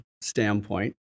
standpoint